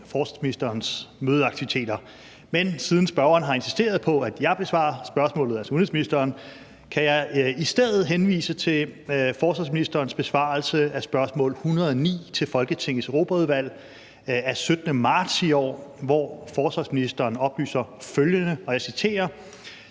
forsvarsministerens mødeaktiviteter. Men siden spørgeren har insisteret på, at jeg besvarer spørgsmålet, altså udenrigsministeren, kan jeg i stedet henvise til forsvarsministerens besvarelse af spørgsmål 109 til Folketingets Europaudvalg af 17. marts i år, hvor forsvarsministeren oplyser følgende: »Danske